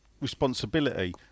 responsibility